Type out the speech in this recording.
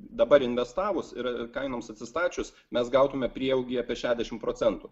dabar investavus ir kainoms atsistačius mes gautume prieaugį apie šešdešimt procentų